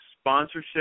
Sponsorship